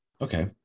okay